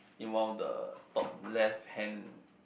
in one of the top left hand